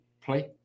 play